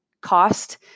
cost